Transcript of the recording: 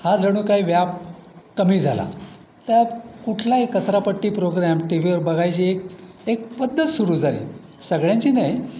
हा जणू काही व्याप कमी झाला त्या कुठलाही कचरापट्टी प्रोग्रॅम टी वीवर बघायची एक एक पद्धत सुरू झाली सगळ्यांची नाही